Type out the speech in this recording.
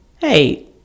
hey